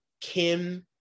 Kim